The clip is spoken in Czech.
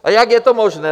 A jak je to možné?